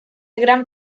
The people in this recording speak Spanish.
gran